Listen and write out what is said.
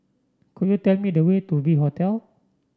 could you tell me the way to V Hotel